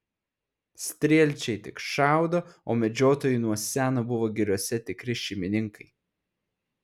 strielčiai tik šaudo o medžiotojai nuo seno buvo giriose tikri šeimininkai